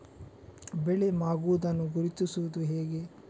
ಬೆಳೆ ಮಾಗುವುದನ್ನು ಗುರುತಿಸುವುದು ಹೇಗೆ?